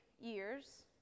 years